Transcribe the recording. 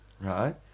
Right